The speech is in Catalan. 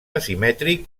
asimètric